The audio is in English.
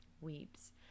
weeps